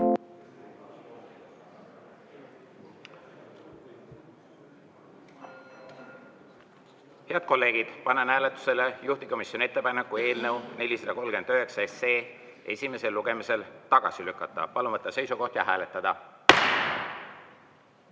Head kolleegid, panen hääletusele juhtivkomisjoni ettepaneku eelnõu 439 esimesel lugemisel tagasi lükata. Palun võtta seisukoht ja hääletada!